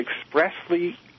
expressly